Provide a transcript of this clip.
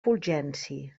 fulgenci